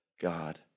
God